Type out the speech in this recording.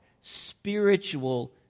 spiritual